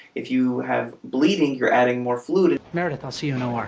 if you have bleeding you're adding more fluid meredith. i'll see you know um